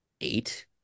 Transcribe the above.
eight